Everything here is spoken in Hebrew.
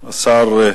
טכני,